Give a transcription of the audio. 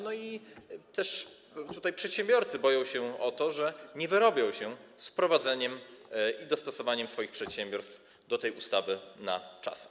No i też przedsiębiorcy boją się o to, że nie wyrobią się z wprowadzeniem tego i dostosowaniem swoich przedsiębiorstw do tej ustawy na czas.